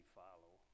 follow